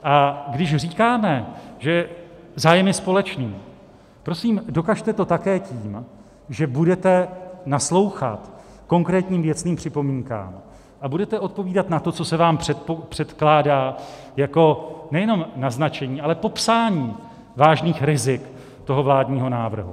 A když říkáme, že zájem je společný, prosím, dokažte to také tím, že budete naslouchat konkrétním věcným připomínkám a budete odpovídat na to, co se vám předkládá jako nejenom naznačení, ale popsání vážných rizik toho vládního návrhu.